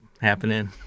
happening